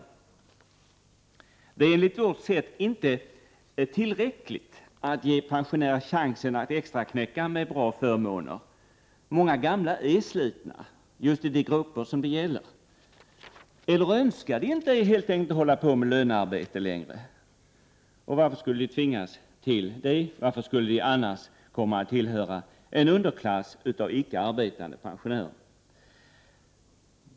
Enligt vår mening är det inte tillräckligt att ge pensionärer chansen att extraknäcka med bra förmåner. Många gamla i just de grupper det gäller är slitna och vill helt enkelt inte längre ägna sig åt lönearbete. Varför skulle de tvingas till det och tillhöra en framtida underklass av icke-arbetande pensionärer?